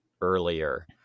earlier